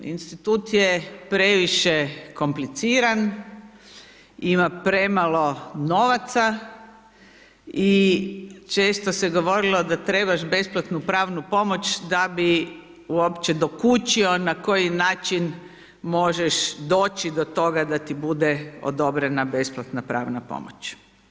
Institut je previše kompliciran, ima premalo novaca i često se govorili da trebaš besplatnu pravnu pomoć da bi uopće dokučio na koji način možeš doći do toga da ti bude odobrena besplatna pravna pomoć.